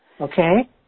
Okay